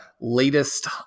latest